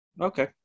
Okay